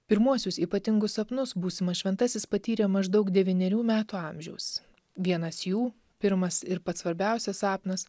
pirmuosius ypatingus sapnus būsimas šventasis patyrė maždaug devynerių metų amžiaus vienas jų pirmas ir pats svarbiausias sapnas